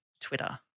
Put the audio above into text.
Twitter